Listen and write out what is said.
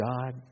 God